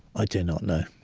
ah do not know